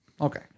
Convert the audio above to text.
Okay